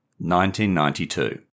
1992